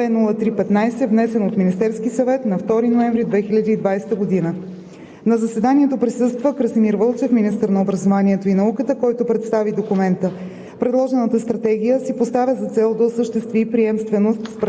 002-03-15, внесен от Министерския съвет на 2 ноември 2020 г. На заседанието присъства Красимир Вълчев – министър на образованието и науката, който представи документа. Предложената Стратегия си поставя за цел да осъществи приемственост с предходната